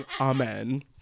Amen